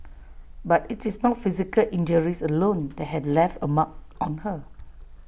but IT is not physical injuries alone that had left A mark on her